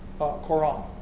Quran